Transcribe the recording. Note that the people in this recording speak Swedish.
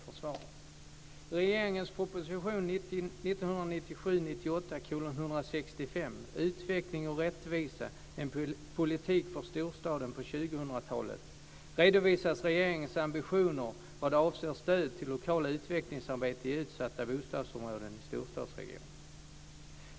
Fru talman! Jag vill tacka statsrådet för svaret.